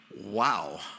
wow